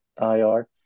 IR